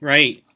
Right